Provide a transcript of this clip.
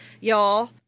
y'all